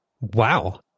Wow